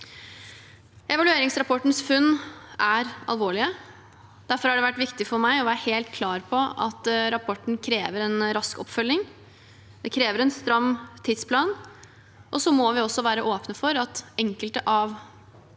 Evalueringsrapportens funn er alvorlige. Derfor har det vært viktig for meg å være helt klar på at rapporten krever en rask oppfølging. Det krever en stram tidsplan. Vi må også være åpne for at enkelte av